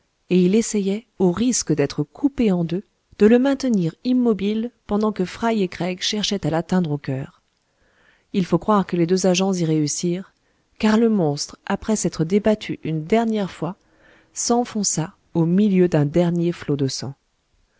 et il essayait au risque d'être coupé en deux de le maintenir immobile pendant que fry et craig cherchaient à l'atteindre au coeur il faut croire que les deux agents y réussirent car le monstre après s'être débattu une dernière fois s'enfonça au milieu d'un dernier flot de sang